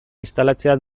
instalatzea